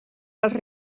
dels